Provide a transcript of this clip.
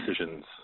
decisions